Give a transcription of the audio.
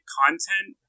content